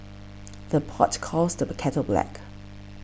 the pot calls the kettle black